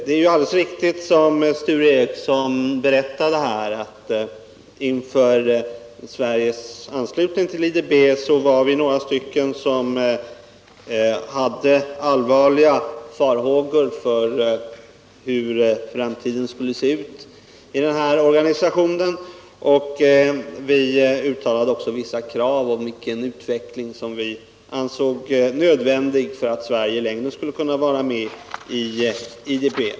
Det är alldeles riktigt som Sture Ericson berättade, att inför Sveriges anslutning till IDB var vi några stycken som hyste allvarliga farhågor för hur organisationens framtid skulle te sig. Vi ställde också vissa krav om vilken utveckling som vi ansåg nödvändig för att Sverige skulle kunna vara med i IDB.